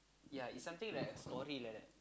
ya is something like a story like that